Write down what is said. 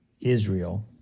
Israel